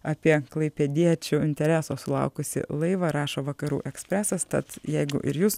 apie klaipėdiečių intereso sulaukusį laivą rašo vakarų ekspresas tad jeigu ir jus